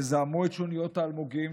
יזהמו את שוניות האלמוגים,